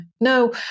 No